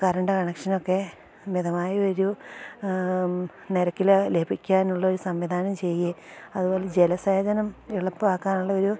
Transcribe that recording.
current കണക്ഷനൊക്കെ മിതമായൊരു നിരക്കിൽ ലഭിക്കാനുള്ളൊരു സംവിധാനം ചെയ്യേ അതു പോലെ ജലസേചനം എളുപ്പമാക്കാനുള്ളൊരു